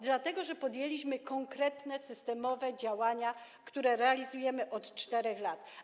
Dlatego że podjęliśmy konkretne, systemowe działania, które realizujemy od 4 lat.